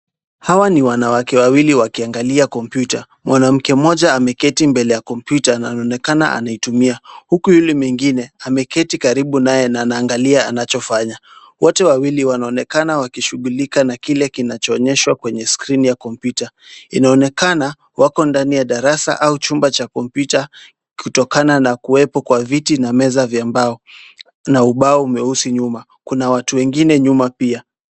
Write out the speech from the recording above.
Hawa ni wanawake wawili wakiangalia kompyuta. Mwanamke mmoja ameketi mbele ya kompyuta na anaonekana anaitumia huku yule mwingine ameketi karibu naye na anaangalia anachofanya. Wote wawili wanaonekana wakishughulika na kile kinachoonyeshwa kwenye skrini ya kompyuta. Inaonekana wako ndani ya darasa au chumba cha kompyuta kutokana na kuwepo kwa viti na meza vya mbao na ubao mweusi nyuma. Kuna watu wengine nyuma pia.